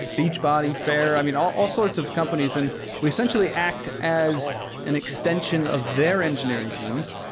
beachbody, fair. i mean, all all sorts of companies, and we essentially act as an extension of their engineering teams,